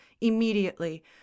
immediately